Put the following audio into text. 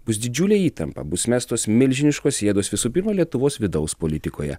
bus didžiulė įtampa bus mestos milžiniškos jėgos visų pirma lietuvos vidaus politikoje